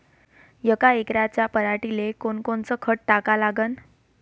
यका एकराच्या पराटीले कोनकोनचं खत टाका लागन?